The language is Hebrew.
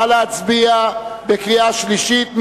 נא להצביע בקריאה שלישית.